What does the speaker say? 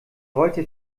wollte